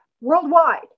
worldwide